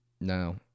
No